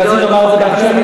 רציתי לומר את זה בהמשך.